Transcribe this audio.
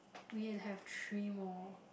we have three more